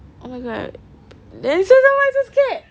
oh my god dansella why you so scared